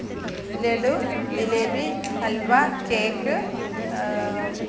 laddu jalebi halwa cake